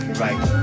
right